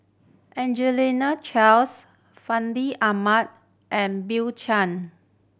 Angelina Charles Fandi Ahmad and Bill Chen